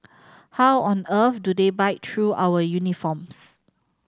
how on earth do they bite through our uniforms